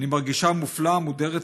אני מרגישה מופלית, מודרת מהחברה,